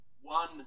one